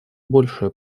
большая